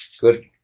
good